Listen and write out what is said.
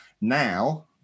now